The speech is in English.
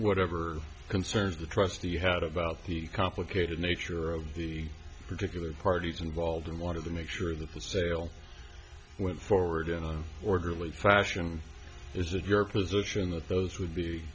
whatever concerns the trustee had about the complicated nature of the particular parties involved in water to make sure the for sale went forward in an orderly fashion is it your position that those would be